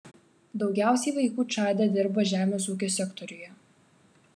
daugiausiai vaikų čade dirba žemės ūkio sektoriuje